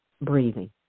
breathing